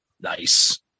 Nice